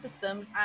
systems